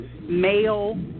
male